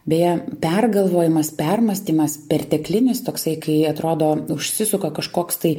beje pergalvojimas permąstymas perteklinis toksai kai atrodo užsisuka kažkoks tai